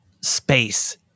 space